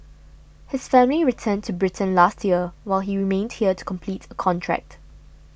his family returned to Britain last year while he remained here to complete a contract